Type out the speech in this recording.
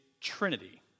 Trinity